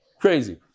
Crazy